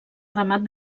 remat